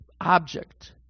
object